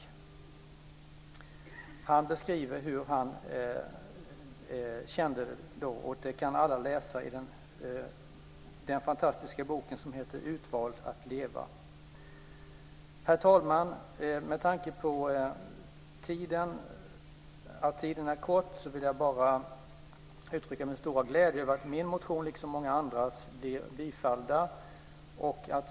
Jerzy Einhorn beskriver hur han kände då. Det kan alla läsa i den fantastiska boken Utvald att leva. Herr talman! Med tanke på att tiden är kort vill jag bara uttrycka min stora glädje över att min motion liksom många andras blir bifallda.